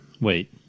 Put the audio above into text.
Wait